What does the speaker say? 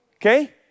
Okay